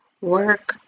Work